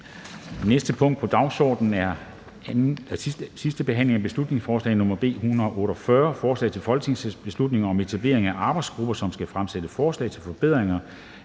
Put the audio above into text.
næste punkt på dagsordenen er: 53) 2. (sidste) behandling af beslutningsforslag nr. B 148: Forslag til folketingsbeslutning om etablering af en arbejdsgruppe, som skal fremsætte forslag til forbedringer